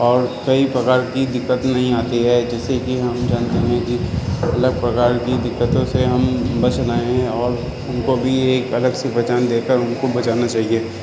اور کئی پرکار کی دقت نہیں آتی ہے جیسے کہ ہم جانتے ہیں کہ الگ پرکار کی دقتوں سے ہم بچ رہے ہیں اور ان کو بھی ایک الگ سی پہچان دے کر ان کو بچانا چاہیے